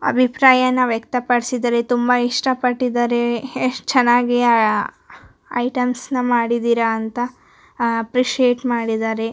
ಅಭಿಪ್ರಾಯನ ವ್ಯಕ್ತಪಡಿಸಿದ್ದಾರೆ ತುಂಬಾ ಇಷ್ಟ ಪಟ್ಟಿದ್ದಾರೆ ಎಷ್ಟು ಚೆನ್ನಾಗಿ ಆ ಐಟೆಮ್ಸ್ನ ಮಾಡಿದ್ದೀರ ಅಂತ ಅಪ್ರಿಷಿಯೇಟ್ ಮಾಡಿದ್ದಾರೆ